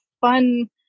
fun